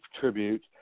tribute